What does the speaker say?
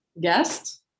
guest